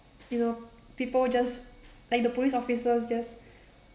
you know people just like the police officers just